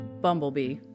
Bumblebee